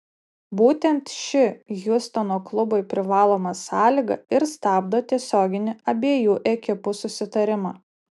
būtent ši hjustono klubui privaloma sąlyga ir stabdo tiesioginį abiejų ekipų susitarimą